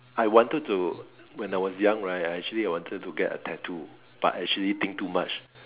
I wanted to when I was young right I actually I wanted to get a tattoo but actually think too much